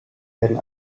werden